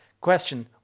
Question